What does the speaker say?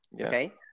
okay